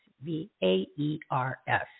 V-A-E-R-S